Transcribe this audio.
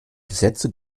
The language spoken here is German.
gesetze